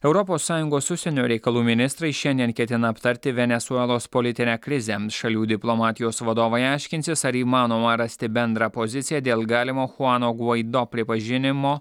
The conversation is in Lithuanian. europos sąjungos užsienio reikalų ministrai šiandien ketina aptarti venesuelos politinę krizę šalių diplomatijos vadovai aiškinsis ar įmanoma rasti bendrą poziciją dėl galimo chuano gvaido pripažinimo